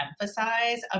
emphasize